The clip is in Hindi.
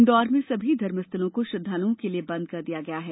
इंदौर में सभी धर्मस्थलों को श्रद्वालुओं के लिये बंद कर दिया गया है